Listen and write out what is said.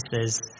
says